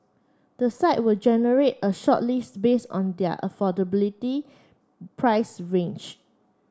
the site will generate a shortlist based on their affordability price range